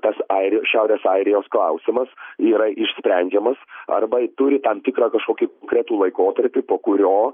tas airijos šiaurės airijos klausimas yra išsprendžiamas arba turi tam tikrą kažkokį konkretų laikotarpį po kurio